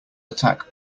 attack